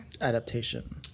adaptation